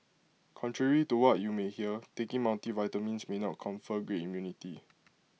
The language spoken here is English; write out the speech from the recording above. contrary to what you may hear taking multivitamins may not confer greater immunity